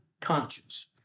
conscience